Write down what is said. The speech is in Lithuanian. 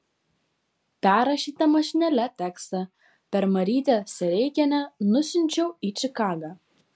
perrašytą mašinėle tekstą per marytę sereikienę nusiunčiau į čikagą